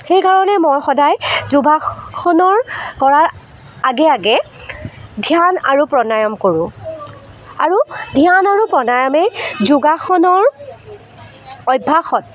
সেইকাৰণে মই সদায় যোগাসনৰ কৰাৰ আগে আগে ধ্যান আৰু প্ৰাণায়াম কৰোঁ আৰু ধ্যান আৰু প্ৰাণায়ামে যোগাসনৰ অভ্যাসত